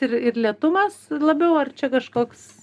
ir ir lėtumas labiau ar čia kažkoks